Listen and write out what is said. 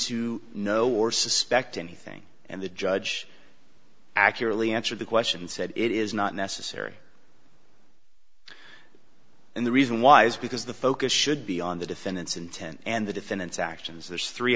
to know or suspect anything and the judge accurately answered the question said it is not necessary and the reason why is because the focus should be on the defendant's intent and the defendant's actions there's three